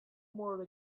more